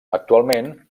actualment